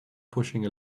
pushing